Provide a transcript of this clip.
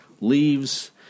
leaves